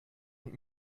und